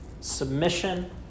submission